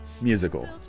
musical